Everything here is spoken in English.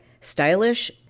stylish